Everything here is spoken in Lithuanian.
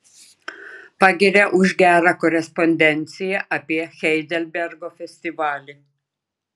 pagiria už gerą korespondenciją apie heidelbergo festivalį